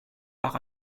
par